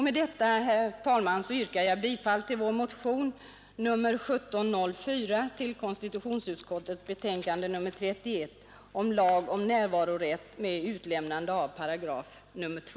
Med detta yrkar jag bifall till vår motion nr 1704, som behandlas i konstitutionsutskottets betänkande nr 31, om lag om närvarorätt med utelämnande av 2 8.